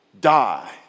die